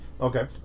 Okay